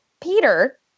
Peter